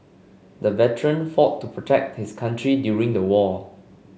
the veteran fought to protect his country during the war